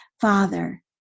Father